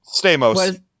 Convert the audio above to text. Stamos